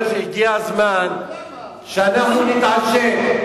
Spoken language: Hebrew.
אני אומר שהגיע הזמן שאנחנו נתעשת.